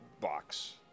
box